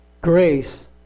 grace